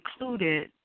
included